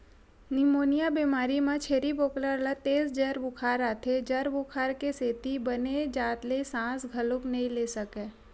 pneumonia बेमारी म छेरी बोकरा ल तेज जर बुखार आथे, जर बुखार के सेती बने जात ले सांस घलोक नइ ले सकय